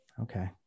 okay